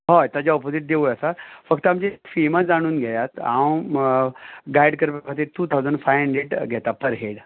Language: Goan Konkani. हय ताच्या ओपोजिट देवूळ आसा फक्त आमची फी मात जाणून घेयात हांव गायड करपा खातीर टू थावजंड फाय हंड्रेड घेता पर हेड